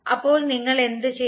അപ്പോൾ നിങ്ങൾ എന്തുചെയ്യണം